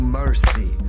mercy